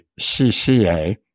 CCA